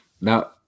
Now